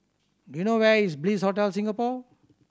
do you know where is Bliss Hotel Singapore